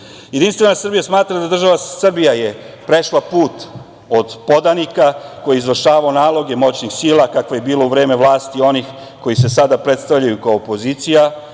aktivnost. Jedinstvena Srbija smatra da je država Srbija prešla put od podanika, koji je izvršavao naloge moćnih sila, kako je bilo u vreme vlasti onih koji se sada predstavljaju kao opozicija,